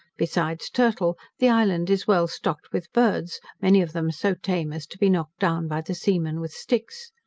besides turtle, the island is well stocked with birds, many of them so tame as to be knocked down by the seamen with sticks.